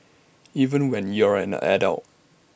even when you're an adult